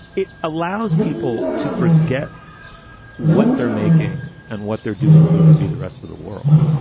it allows people to forget what they're making and what they're doing vis-a-vis the rest of the world.